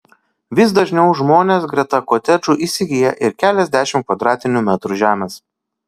vis dažniau žmonės greta kotedžų įsigyja ir keliasdešimt kvadratinių metrų žemės